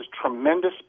tremendous